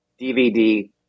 DVD